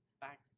Back